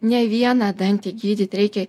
ne vieną dantį gydyt reikia